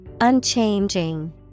Unchanging